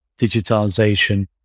digitalization